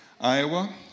Iowa